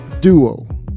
duo